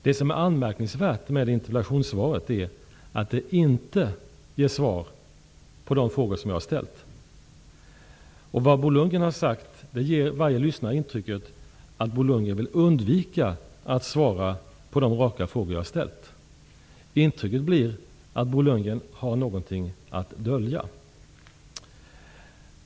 Det är anmärkningsvärt att interpellationssvaret inte svarar på någon av de frågor jag har ställt. Vad Bo Lundgren har sagt ger varje lyssnare intrycket att Bo Lundgren vill undvika att svara på de raka frågor jag ställt. Intrycket blir att Bo Lundgren har någonting att dölja.